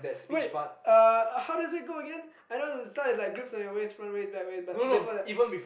wait uh how does it go again I know the start is like grapes on your waits front ways back ways but before that